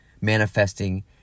Manifesting